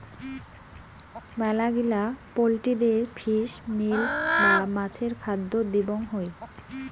মেলাগিলা পোল্ট্রিদের fish meal বা মাছের খাদ্য দিবং হই